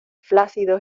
flácidos